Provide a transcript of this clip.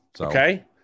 Okay